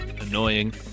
Annoying